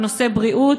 בנושאי בריאות.